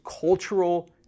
cultural